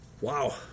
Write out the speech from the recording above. wow